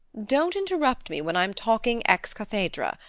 don't interrupt me when i'm talking ex cathedra.